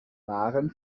waren